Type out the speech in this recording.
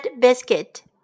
biscuit